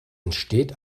entsteht